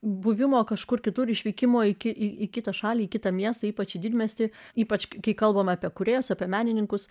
buvimo kažkur kitur išvykimo iki į kitą šalį į kitą miestą ypač į didmiestį ypač kai kalbame apie kūrėjus apie menininkus